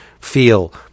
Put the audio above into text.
feel